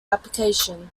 application